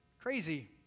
crazy